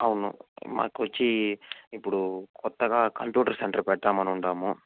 అవును మాకు వచ్చి ఇప్పుడు కొత్తగా కంప్యూటర్ సెంటర్ పెడదాం అని ఉండాము